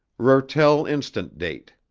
reurtel instant date.